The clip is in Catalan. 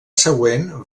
següent